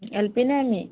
LP নে ME